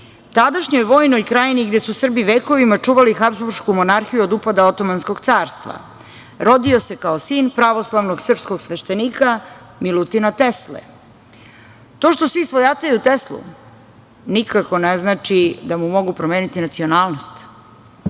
tadašnjoj vojnoj krajini gde su Srbi vekovima čuvali Habzburšku monarhiju od upada Otomanskog carstva. Rodio se kao sin pravoslavnog srpskog sveštenika – Milutina Tesle. To što svi svojataju Teslu nikako ne znači da mu mogu promeniti nacionalnost.